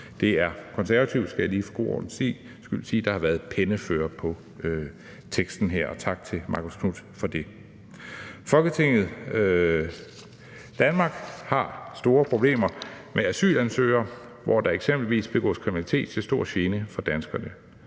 god ordens skyld skal jeg sige, at det er Konservative, der har været pennefører på teksten her, og tak til hr. Marcus Knuth for det. Forslag til vedtagelse »Danmark har store problemer med asylansøgere, hvor der eksempelvis begås kriminalitet til stor gene for danskerne.